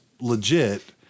legit